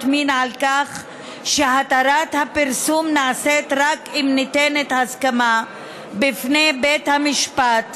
מין על כך שהתרת הפרסום נעשית רק אם ניתנת הסכמה בפני בית המשפט,